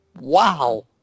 Wow